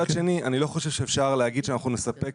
מצד שני אני לא חושב שאפשר להגיד שאנחנו נספק